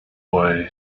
boy